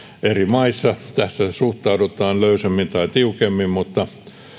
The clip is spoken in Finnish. maissa tähän suhtaudutaan löysemmin tai tiukemmin mutta